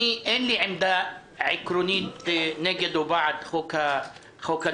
אין לי עמדה עקרונית נגד או בעד החוק הנורווגי,